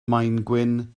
maengwyn